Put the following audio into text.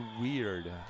weird